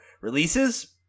releases